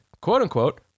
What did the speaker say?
quote-unquote